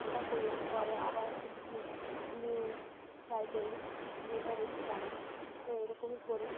ওটা করলাম পরে আবার একটা কিছু নিউ ট্রাই করি যে এটা দেখি কেমন তো এরকমই করি